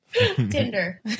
Tinder